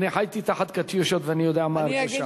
אני חייתי תחת "קטיושות", ואני יודע מה ההרגשה.